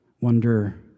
Wonder